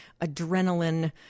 adrenaline